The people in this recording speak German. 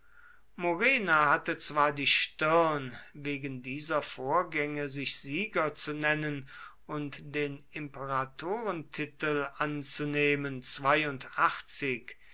murena hatte zwar die stirn wegen dieser vorgänge sich sieger zu nennen und den imperatorentitel anzunehmen